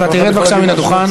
אתה תרד עכשיו מהדוכן.